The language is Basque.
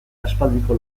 aspaldiko